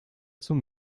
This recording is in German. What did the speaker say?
zum